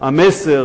והמסר